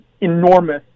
enormous